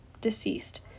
deceased